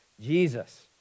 Jesus